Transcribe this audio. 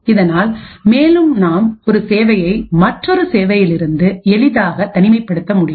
இதனால் மேலும் நாம் ஒரு சேவையை மற்றொரு சேவையிலிருந்து எளிதாக தனிமைப்படுத்த முடியும்